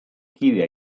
kidea